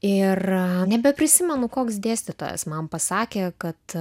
ir nebeprisimenu koks dėstytojas man pasakė kad